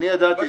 מה זאת אומרת.